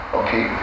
okay